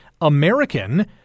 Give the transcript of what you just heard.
American